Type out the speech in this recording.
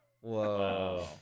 Whoa